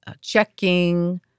checking